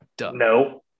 no